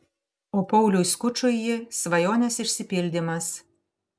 o pauliui skučui ji svajonės išsipildymas